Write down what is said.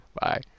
bye